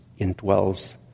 indwells